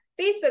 facebook